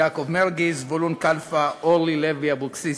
יעקב מרגי, זבולון כלפה ואורלי לוי אבקסיס.